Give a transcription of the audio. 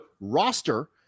roster